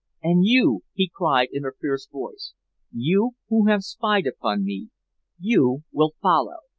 and you he cried in a fierce voice you who have spied upon me you will follow!